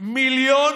מיליון